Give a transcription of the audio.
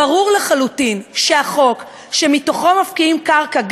ברור לחלוטין שהחוק שמכוחו מפקיעים קרקע,